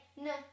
no